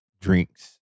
drinks